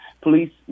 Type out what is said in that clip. police